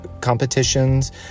competitions